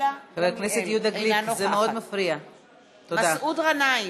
אינה נוכחת מסעוד גנאים,